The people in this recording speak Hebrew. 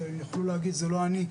הם יכלו להגיד 'זה לא אני,